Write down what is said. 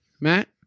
Matt